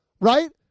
right